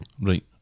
Right